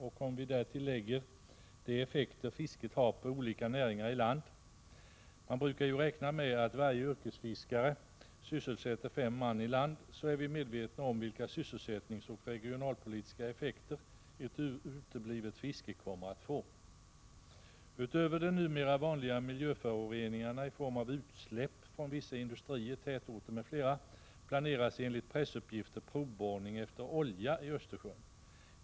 Om vi därtill lägger de effekter fisket har på olika näringar i land — man brukar ju räkna med att varje yrkesfiskare sysselsätter fem man i land — blir vi medvetna om vilka sysselsättningseffekter och regionalpolitiska effekter ett uteblivet fiske kommer att få. Utöver de numera vanliga miljöföroreningarna i form av utsläpp från vissa industrier, tätorter m.fl. planeras enligt pressuppgifter provborrning efter olja i Östersjön.